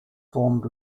formed